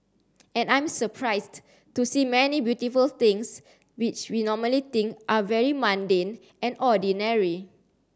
and I'm surprised to see many beautiful things which we normally think are very mundane and ordinary